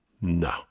No